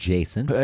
Jason